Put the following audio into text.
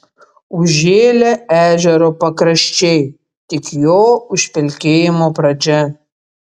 užžėlę ežero pakraščiai tik jo užpelkėjimo pradžia